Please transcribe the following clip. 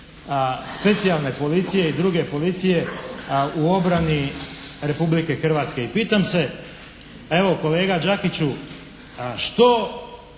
specijalne policije i druge policije u obrani Republike Hrvatske. I pitam se, evo kolega Đakiću što